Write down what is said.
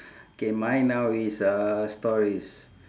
K mine now is uh stories